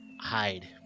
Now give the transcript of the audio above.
hide